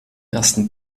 ersten